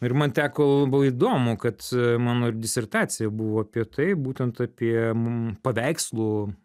ir man teko labai įdomu kad mano disertacija buvo apie tai būtent apie mum paveikslų